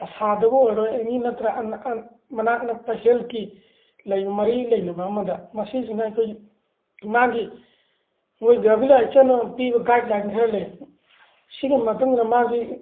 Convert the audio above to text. ꯑꯁꯥꯗꯕꯨ ꯑꯣꯏꯔꯣ ꯑꯦꯅꯤ ꯅꯠꯇ꯭ꯔ ꯃꯅꯥꯛ ꯅꯛꯄ ꯍꯦꯜꯠꯀꯤ ꯂꯩꯕ ꯃꯔꯤ ꯂꯩꯅꯕ ꯑꯃꯗ ꯃꯁꯤꯁꯤꯅ ꯑꯩꯈꯣꯏ ꯃꯥꯒꯤ ꯃꯣꯏ ꯗꯕꯂꯤꯌꯨ ꯑꯩꯆ ꯑꯣꯅ ꯄꯤꯕ ꯒꯥꯏꯠ ꯂꯥꯏꯟ ꯈꯔ ꯂꯩ ꯁꯤꯒꯤ ꯃꯇꯨꯡꯏꯟꯅ ꯃꯥꯁꯤ